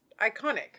iconic